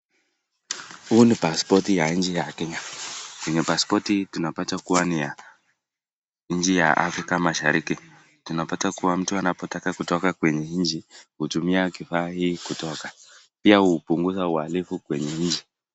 Huu ni pasipoti wa nchi ya Kenya, kwenye pasipoti hii tunapata kuwa ni ya nchi ya afrika mashariki, tunapata kuwa mtu anapotaka kutoka kwenye nchi hutumia kifaa hii kutoka, pia hupunguza uhalifu kwenye nchi.